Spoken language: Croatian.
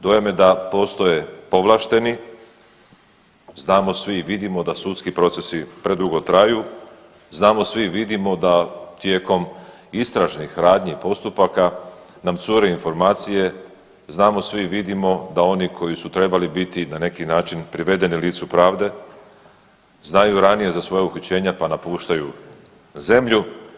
Dojam je da postoje povlašteni, znamo svi i vidimo da sudski procesi predugo traju, znamo svi i vidimo da tijekom istražnih radnji i postupaka nam cure informacije, znamo svi i vidimo da oni koji su trebali biti na neki način privedeni licu pravde znaju ranije za svoja uhićenja pa napuštaju zemlju.